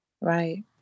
Right